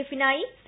എഫിനായി C